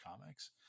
comics